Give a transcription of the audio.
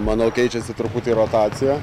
manau keičiasi truputį rotacija